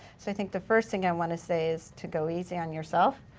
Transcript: so i think the first thing i wanna say is to go easy on yourself.